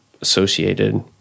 associated